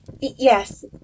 Yes